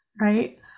right